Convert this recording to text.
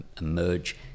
emerge